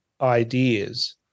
ideas